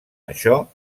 això